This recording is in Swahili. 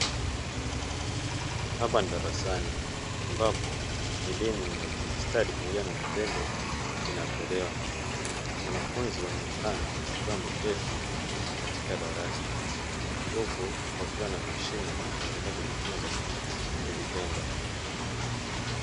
Hapa ni darasani ambapo elimu ya ufundi stadi pamoja na kwa vitendo inatolewa, wanafunzi wanaonekana wakiwa wameketi katika darasa huku wakiwa na mashine wakiendelea kujifunza kivitendo.